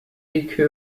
echo